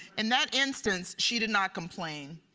in that instance she did not complain.